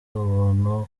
ubuntu